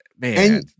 man